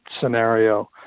scenario